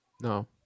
No